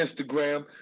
Instagram